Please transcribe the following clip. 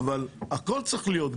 הכול צריך להיות,